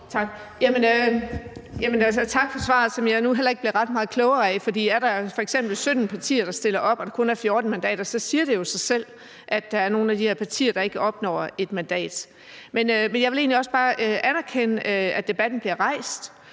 Tak for svaret, som jeg nu heller ikke blev ret meget klogere af. For er der f.eks. 17 partier, der stiller op, og er der kun 14 mandater, så siger det jo sig selv, at der er nogle af de her partier, der ikke opnår et mandat. Men jeg vil egentlig også bare anerkende, at debatten bliver rejst.